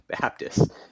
Baptist